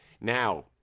Now